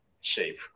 shape